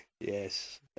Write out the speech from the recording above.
Yes